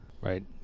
Right